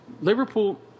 Liverpool –